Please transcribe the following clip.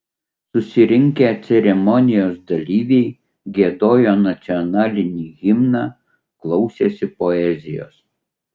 susirinkę ceremonijos dalyviai giedojo nacionalinį himną klausėsi poezijos